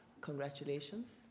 Congratulations